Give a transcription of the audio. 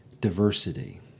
diversity